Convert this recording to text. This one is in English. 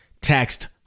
text